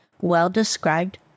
well-described